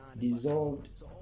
dissolved